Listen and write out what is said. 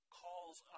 calls